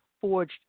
forged